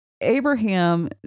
Abraham